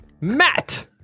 matt